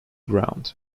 ground